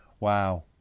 Wow